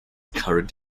current